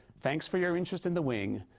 thanks for your interest in the wing.